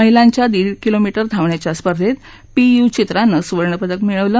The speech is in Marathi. महिलांच्या दीड किलोमीटर धावण्याच्या स्पर्धेत पी यू चित्रानं सुवर्णपदक मिळवलं